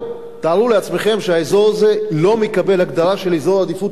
תארו לעצמכם שהאזור הזה לא מקבל הגדרה של אזור עדיפות לאומית